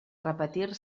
repetir